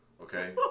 okay